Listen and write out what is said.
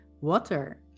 water